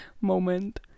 Moment